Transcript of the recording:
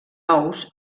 ous